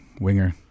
winger